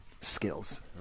skills